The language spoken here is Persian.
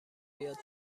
بیاد